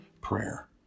prayer